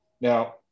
now